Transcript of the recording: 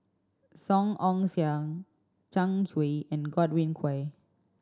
Song Ong Siang Zhang Hui and Godwin Koay